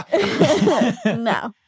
No